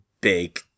big